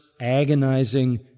agonizing